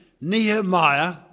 nehemiah